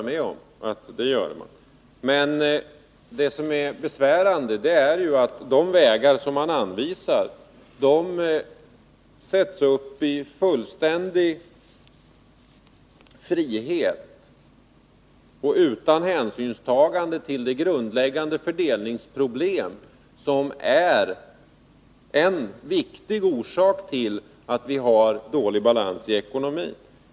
Men det som är besvärande är att de vägar som man anvisar inte tar hänsyn till de grundläggande fördelningsproblem som är en viktig orsak till att vi har obalans i ekonomin.